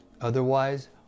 Otherwise